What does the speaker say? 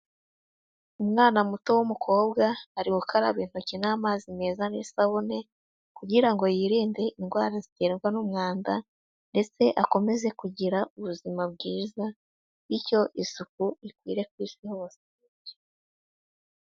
Umwana muto w'umukobwa ari gukaraba intoki n'amazi meza n'isabune, kugira ngo yirinde indwara ziterwa n'umwanda, ndetse akomeze kugira ubuzima bwiza, bityo isuku ikwira ku isi hose.